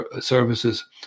services